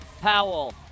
Powell